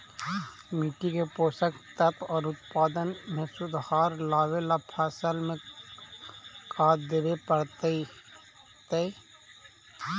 मिट्टी के पोषक तत्त्व और उत्पादन में सुधार लावे ला फसल में का देबे पड़तै तै?